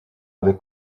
avec